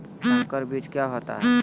संकर बीज क्या होता है?